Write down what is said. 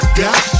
got